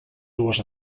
dues